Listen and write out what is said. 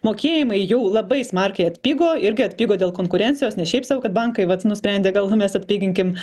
mokėjimai jau labai smarkiai atpigo irgi atpigo dėl konkurencijos ne šiaip sau kad bankai vat nusprendė gal mes atpiginkim